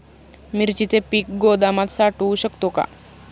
मिरचीचे पीक गोदामात साठवू शकतो का?